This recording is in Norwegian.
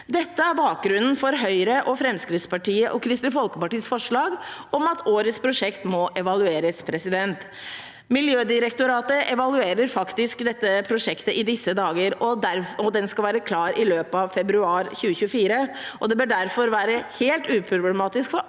dette er bakgrunnen for Høyre, Fremskrittspartiet og Kristelig Folkepartis forslag om at årets prosjekt må evalueres. Miljødirektoratet evaluerer faktisk dette prosjektet i disse dager, og den skal være klar i løpet av februar 2024. Det bør derfor være helt uproblematisk for alle